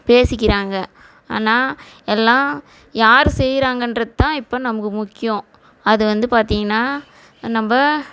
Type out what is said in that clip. பேசிக்கிறாங்க ஆனால் எல்லாம் யார் செய்கிறாங்கன்றதான் இப்போ நமக்கு முக்கியம் அது வந்து பார்த்தீங்கன்னா நம்ம